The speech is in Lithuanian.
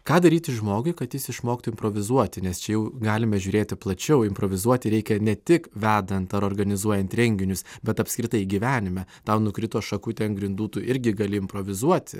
ką daryti žmogui kad jis išmoktų improvizuoti nes čia jau galime žiūrėti plačiau improvizuoti reikia ne tik vedant ar organizuojant renginius bet apskritai gyvenime tau nukrito šakutė ant grindų tu irgi gali improvizuoti